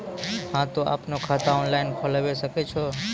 हाँ तोय आपनो खाता ऑनलाइन खोलावे सकै छौ?